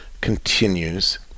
continues